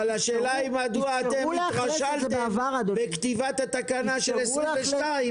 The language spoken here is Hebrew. אבל השאלה היא מדוע אתם התרשלתם בכתיבת התקנה של 22',